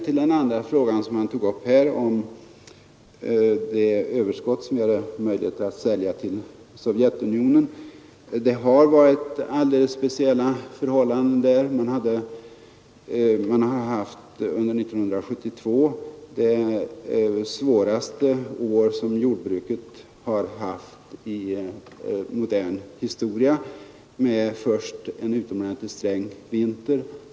Herr Persson tog upp det överskott vi hade möjlighet att sälja till Sovjetunionen, Det var alldeles speciella förhållanden. 1972 var väl det svåraste år jordbruket där har haft i modern historia. Först hade man en utomordenligt sträng vinter.